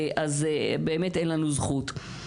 אז באמת אין לנו זכות.